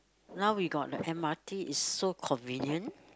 now we got the M_R_T is so convenient